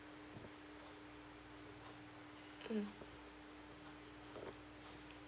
mm